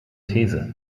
these